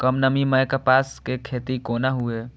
कम नमी मैं कपास के खेती कोना हुऐ?